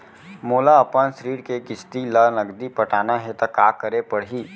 मोला अपन ऋण के किसती ला नगदी पटाना हे ता का करे पड़ही?